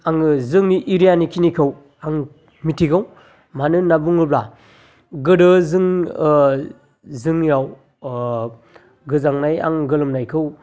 आङो जोंनि एरियानिखिनिखौ आं मिथिगौ मानो होन्ना बुङोब्ला गोदो जों जोंनियाव गोजांनाय आं गोलोमनायखौ